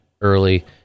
early